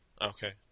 Okay